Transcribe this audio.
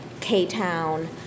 K-Town